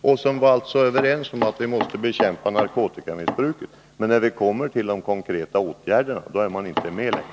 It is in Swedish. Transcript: Vi var överens om att vi måste bekämpa narkotikamissbruket. Men när det kommer till konkreta åtgärder, då är ni inte med längre.